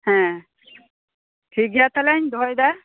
ᱦᱮᱸ ᱴᱷᱤᱠ ᱜᱮᱭᱟ ᱛᱟᱞᱦᱮᱧ ᱫᱚᱦᱚᱭᱮᱫᱟ